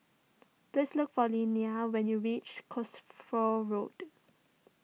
please look for Lilia when you reach Cosford Road